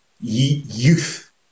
youth